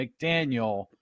McDaniel